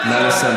נא לסיים,